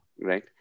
right